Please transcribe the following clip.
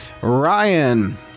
Ryan